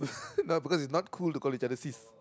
no because it's not cool to call each other sis